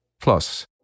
Plus